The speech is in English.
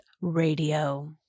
radio